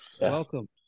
Welcome